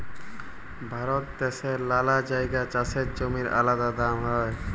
ভারত দ্যাশের লালা জাগায় চাষের জমির আলাদা দাম হ্যয়